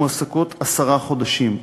מועסקות עשרה חודשים.